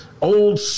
old